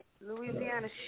Louisiana